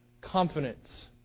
confidence